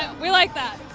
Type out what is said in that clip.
we like that.